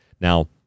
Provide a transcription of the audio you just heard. Now